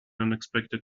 unexpected